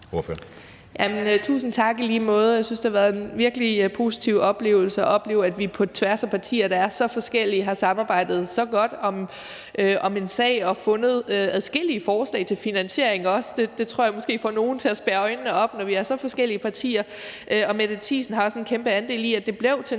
Tusind tak, i lige måde. Jeg synes, det virkelig har været en positiv oplevelse, at vi på tværs af partier, der er så forskellige, har samarbejdet så godt om en sag, og at vi også har fundet adskillige forslag til en finansiering. Det tror jeg måske får nogle til at spærre øjnene op, når vi er så forskellige partier, og Mette Thiesen har også en kæmpe andel i, at det blev til